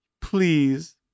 Please